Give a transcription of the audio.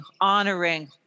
honoring